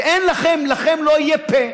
ואין לכם, לכם לא יהיה פֶה